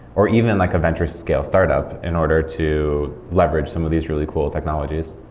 or even like a venture scale startup in order to leverage some of these really cool technologies